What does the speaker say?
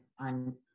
on